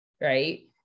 right